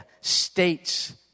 states